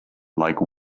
like